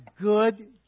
good